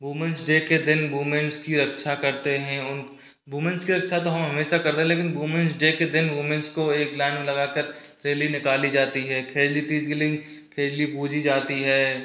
women's day के दिन women's की रक्षा करते हैं वुमेंस की रक्षा हम हमेशा कर रहे है लेकिन वुमेंस डे के दिन वुमेंस को एक लाइन लगाकर रैली निकाली जाती है तीज के दिन पूजी जाती है